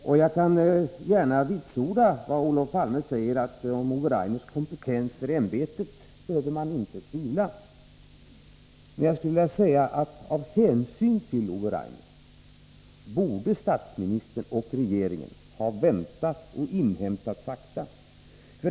Och jag kan gärna vitsorda vad Olof Palme säger om att man inte behöver tvivla på Ove Rainers kompetens för ämbetet. Men jag skulle vilja säga att av hänsyn till Ove Rainer borde statsministern och regeringen ha väntat och inhämtat fakta.